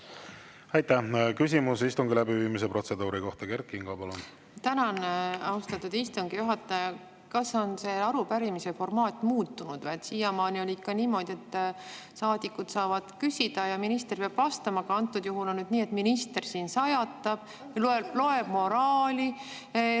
Aitäh! Küsimus istungi läbiviimise protseduuri kohta, Kert Kingo, palun! Tänan, austatud istungi juhataja! Kas arupärimise formaat on muutunud või? Siiamaani on ikka niimoodi olnud, et saadikud saavad küsida ja minister peab vastama, aga antud juhul on nii, et minister siin sajatab, loeb moraali